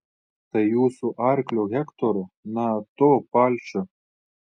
tai jūsų arklio hektoro na to palšio